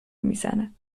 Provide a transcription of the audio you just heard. میزند